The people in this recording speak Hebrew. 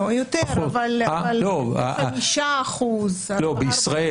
לא, יותר, 5%. לא, בישראל.